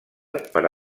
per